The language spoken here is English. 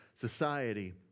society